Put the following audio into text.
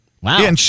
Wow